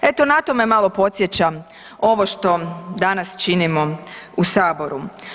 Eto na to me malo podsjeća ovo što danas činimo u saboru.